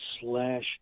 slash